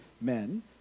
men